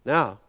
Now